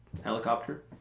helicopter